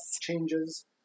changes